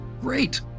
Great